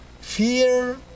Fear